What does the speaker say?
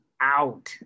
out